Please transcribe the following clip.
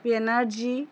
Banerjee